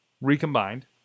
recombined